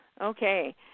Okay